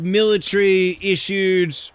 military-issued